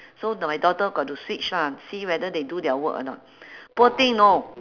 so the my daughter got to switch lah see whether they do their work or not poor thing know